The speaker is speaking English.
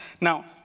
Now